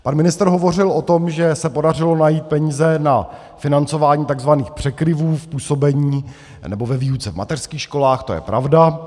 Pan ministr hovořil o tom, že se podařilo najít peníze na financování tzv. překryvů v působení, nebo ve výuce v mateřských školách, to je pravda.